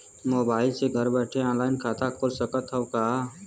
Mobile से घर बैठे ऑनलाइन खाता खुल सकत हव का?